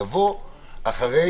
יבוא אחרי